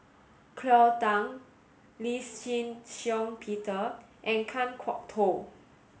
Cleo Thang Lee Shih Shiong Peter and Kan Kwok Toh